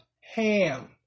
Ham